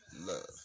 Love